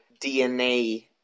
DNA